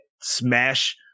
smash